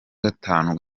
gatanu